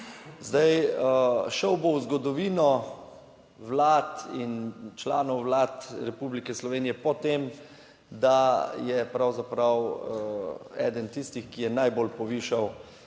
davke. Šel bo v zgodovino Vlad in članov Vlad Republike Slovenije po tem, da je pravzaprav eden tistih, ki je najbolj povišal